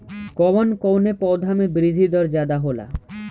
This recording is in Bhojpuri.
कवन कवने पौधा में वृद्धि दर ज्यादा होला?